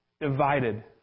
divided